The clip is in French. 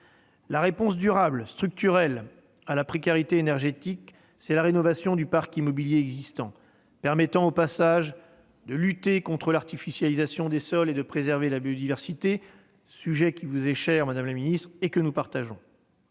La réponse durable structurelle à la précarité énergétique, c'est la rénovation du parc immobilier existant, ce qui permettra, au passage, de lutter contre l'artificialisation des sols et de préserver la biodiversité, sujet qui vous est cher, madame la secrétaire d'État,